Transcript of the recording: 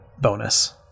bonus